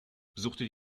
besuchte